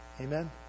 Amen